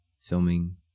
filming